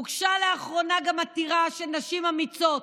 הוגשה לאחרונה גם עתירה של נשים אמיצות,